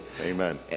Amen